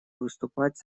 выступать